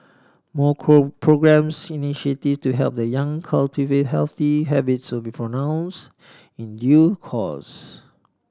more programmes initiative to help the young cultivate healthy habits will be for announce in due course